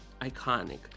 Iconic